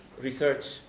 research